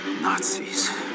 Nazis